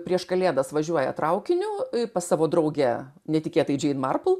prieš kalėdas važiuoja traukiniu pas savo draugę netikėtai džein marpl